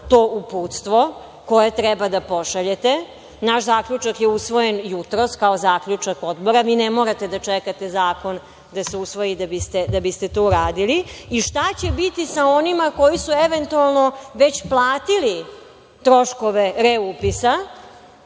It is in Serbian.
to uputstvo koje treba da pošaljete. Naš zaključak je usvojen jutros, kao zaključak Odbora. Vi ne morate da čekate zakon da se usvoji da biste to uradili. Šta će biti sa onima koji su eventualno već platili troškove reupisa